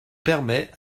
permets